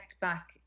back